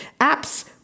apps